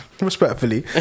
Respectfully